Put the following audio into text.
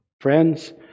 Friends